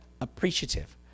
appreciative